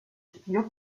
figure